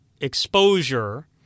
exposure